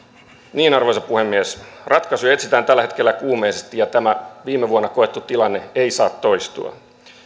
arvoisa puhemies ratkaisuja etsitään tällä hetkellä kuumeisesti ja tämä viime vuonna koettu tilanne ei saa toistua